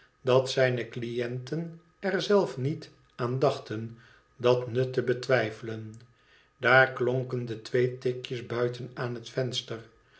dat zijne cliënten er zelf niet aan dachten dat nut te betwijfelen daar klonken de twee tikjes buiten aan het venster